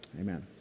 Amen